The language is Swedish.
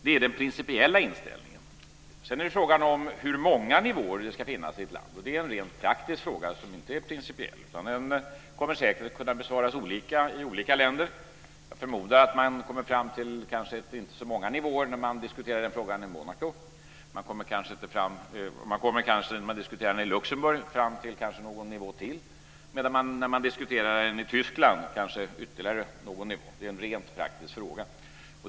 Det är den principiella inställningen. Sedan är det fråga om hur många nivåer det ska finans i ett land. Det är en rent praktisk fråga som inte är principiell. Den kommer säkert att kunna besvaras olika i olika länder. Jag förmodar att man kanske kommer fram till att det inte behövs så många nivåer när man diskuterar frågan i Monaco. När man diskuterar den i Luxemburg kommer man kanske fram till någon nivå till. När man diskuterar den i Tyskland kommer man kanske fram till ytterligare någon nivå. Det är en rent praktisk fråga.